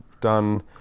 done